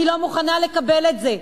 אני לא מוכנה לקבל את זה,